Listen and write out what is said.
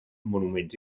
monuments